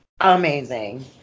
amazing